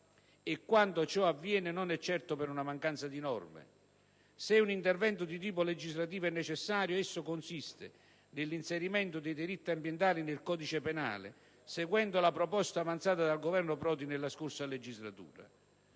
e quando ciò avviene non è certo per una mancanza di norme. Se un intervento di tipo legislativo è necessario, esso consiste nell'inserimento dei delitti ambientali nel codice penale, seguendo la proposta avanzata dal Governo Prodi nella scorsa legislatura.